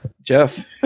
Jeff